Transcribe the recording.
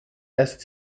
erst